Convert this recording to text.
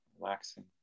relaxing